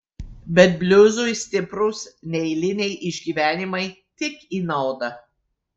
bet bliuzui stiprūs neeiliniai išgyvenimai tik į naudą